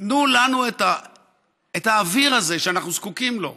תנו לנו את האוויר הזה שאנחנו זקוקים לו.